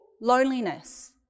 loneliness